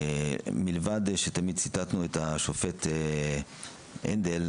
מלבד שתמיד ציטטנו את השופט הנדל,